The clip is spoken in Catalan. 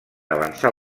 avançar